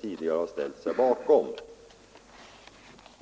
tidigare har ställt sig bakom.